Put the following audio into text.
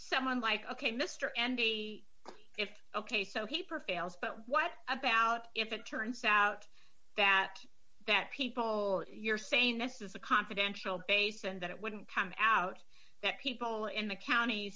someone like ok mr n d if ok so he professionals but what about if it turns out that that people you're saying this is a confidential base and that it wouldn't come out that people in the count